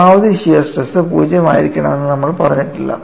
പരമാവധി shear stress 0 ആയിരിക്കണമെന്ന് നമ്മൾ പറഞ്ഞിട്ടില്ല